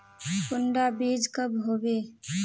कुंडा बीज कब होबे?